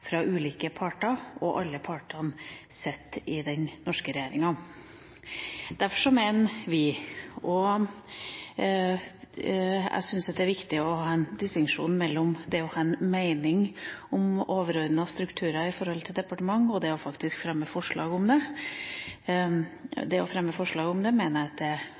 fra ulike parter – og alle partene sitter i den norske regjeringa. Jeg syns det er viktig å ha en distinksjon mellom det å ha en mening om overordnede strukturer i departementer, og det faktisk å fremme forslag om det. Det å fremme forslag om det, mener jeg